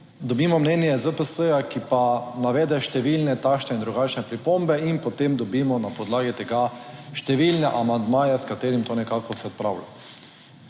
dobimo mnenje ZPS, ki pa navede številne takšne in drugačne pripombe in potem dobimo na podlagi tega številne amandmaje, s katerim to nekako se odpravlja.